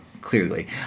clearly